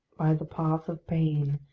the path of pain,